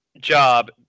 job